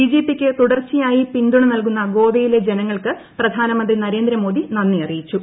ബിജെപിയ്ക്ക് തുടർച്ചയായി പിന്തുണ നൽകുന്ന ഗോവയിലെ ജനങ്ങൾക്ക് പ്രധാനമന്ത്രി നരേന്ദ്രമോദി നന്ദി അറിയിച്ചു